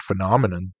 phenomenon